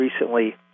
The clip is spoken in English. recently